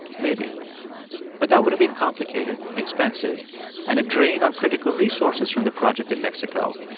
maybe but that would have been complicated, expensive and a drain on critical resources from the project in mexico,